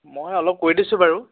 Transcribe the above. মই অলপ কৈ দিছোঁ বাৰু